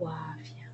wa afya.